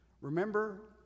Remember